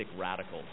radicals